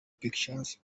pictures